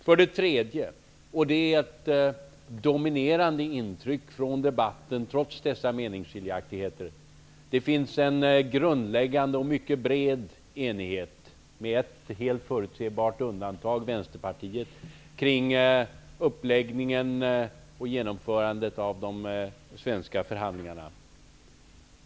För det tredje: Det finns, och det är ett dominerande intryck från debatten, trots dessa meningsskiljaktigheter, en grundläggande och mycket bred enighet -- med ett helt förutsebart undantag, nämligen Vänsterpartiet -- kring uppläggningen och genomförandet av de svenska förhandlingarna.